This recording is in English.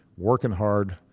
working hard,